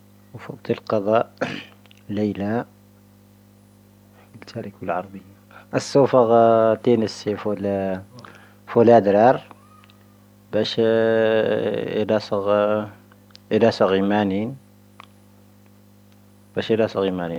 ⵡⴰ ⴼⵓⴽⵜⵉ ⴽⴰⴷⴰ ⵍⴻⵍⴰ. ⴰⵍ-ⵙoⴼⴰ ⴳⵀⴰ ⵜⴻⵏⴻ ⵙⴻ ⴼⵓⵍⴰⴷⵔⴰⵔ. ⴱⴰⵙⵀⴻ ⴻⴷⴰ ⵙⴰⵔⴳⵀⴰ. ⴻⴷⴰ ⵙⴰⵔⴳⵀⴰ ⵉⵎⴰⵏⵉⵏ. ⴱⴰⵙⵀⴻ ⴻⴷⴰ ⵙⴰⵔⴳⵀⴰ ⵉⵎⴰⵏⵉⵏ.